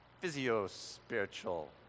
physio-spiritual